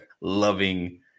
loving